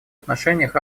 отношениях